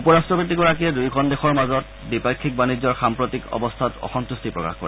উপ ৰাট্টপতিগৰাকীয়ে দুয়োখন দেশৰ মাজত দ্বিপাক্ষিক বাণিজ্যৰ সাম্প্ৰতিক অৱস্থাত অসম্ভট্টি প্ৰকাশ কৰে